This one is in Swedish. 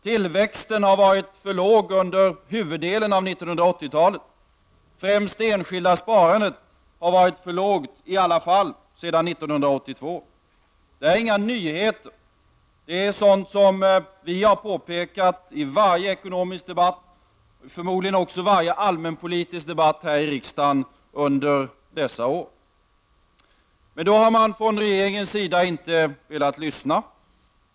Tillväxten har varit för låg under huvuddelen av 1980-talet. Främst det enskilda sparandet har varit för lågt sedan 1982. Detta är inga nyheter. Det är sådant som vi har påpekat i varje ekonomisk debatt, och förmodligen också i varje allmänpolitisk debatt här i riksdagen under dessa år. Men då har man från regeringens sida inte velat lyssna.